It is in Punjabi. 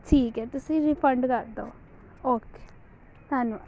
ਠੀਕ ਹੈ ਤੁਸੀਂ ਰਿਫੰਡ ਕਰਦੋ ਓਕੇ ਧੰਨਵਾਦ